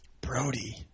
Brody